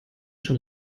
schon